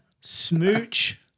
Smooch